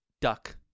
Duck